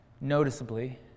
noticeably